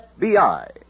FBI